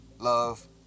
love